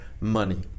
money